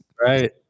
right